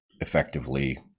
effectively